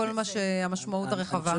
כל המשמעות הרחבה?